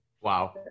Wow